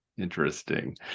Interesting